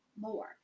more